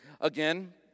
Again